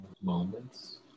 moments